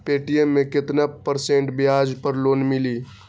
Paytm मे केतना percent ब्याज पर लोन मिली?